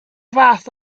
fath